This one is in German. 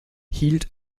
hielt